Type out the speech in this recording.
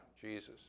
Jesus